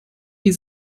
die